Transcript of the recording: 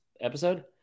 episode